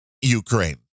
Ukraine